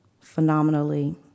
phenomenally